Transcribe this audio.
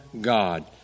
God